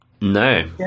no